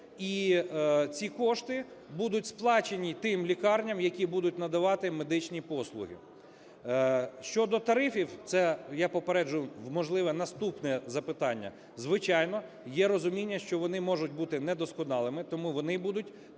і ці кошти будуть сплачені тим лікарням, які будуть надавати медичні послуги. Щодо тарифів, це я попереджу можливе наступне запитання, звичайно, є розуміння, що вони можуть бути недосконалими, тому вони будуть